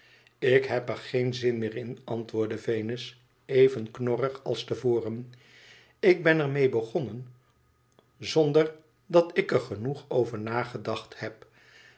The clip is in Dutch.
ik heb er geen zin meer in antwoordde venus even knorrig als te voren tik ben er mee begonnen zonder dat ik er genoeg over nagedacht heb